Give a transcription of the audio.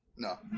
No